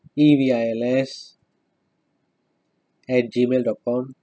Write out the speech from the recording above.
E V I L S at Gmail dot com